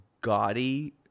gaudy